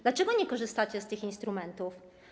Dlaczego nie korzystacie z tych instrumentów?